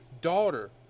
daughter